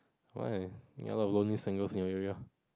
why a lot of lonely singles in the area